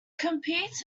competes